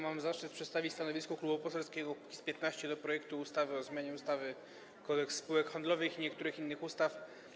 Mam zaszczyt przedstawić stanowisko Klubu Poselskiego Kukiz’15 wobec projektu ustawy o zmianie ustawy Kodeks spółek handlowych oraz niektórych innych ustaw.